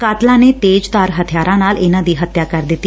ਕਾਤਲਾਂ ਨੇ ਤੇਜ਼ ਧਾਰ ਹਬਿਆਰਾਂ ਨਾਲ ਇਨੂਾਂ ਦੀ ਹਤਿਆ ਕਰ ਦਿੱਤੀ